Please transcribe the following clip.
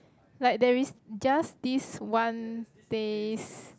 like there is just this one base